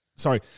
Sorry